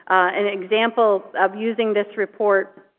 an example of using this report